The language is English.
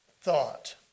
thought